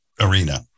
arena